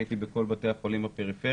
והייתי בכל בתי החולים בפריפריה.